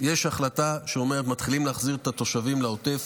יש החלטה שאומרת: מתחילים להחזיר את התושבים לעוטף.